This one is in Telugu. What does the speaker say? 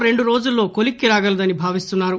రెండు రోజుల్లో కాలిక్కి రాగలదని భావిస్తున్నారు